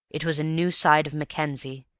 it was a new side of mackenzie,